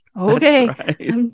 Okay